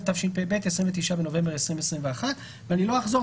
התשפ"ב (29 בנובמבר 2021). ואני לא אחזור,